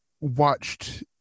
watched